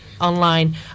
online